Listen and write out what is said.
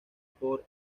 por